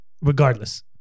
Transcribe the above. regardless